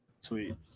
Sweet